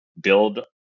build